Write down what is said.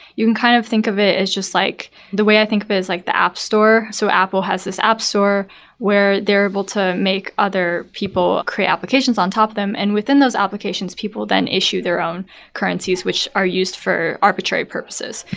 you and kind of think of it as just like the way i think of it but is like the app store, so apple has this app store where they're able to make other people create applications on top of them. and within those applications, people then issue their own currencies which are used for arbitrary purposes.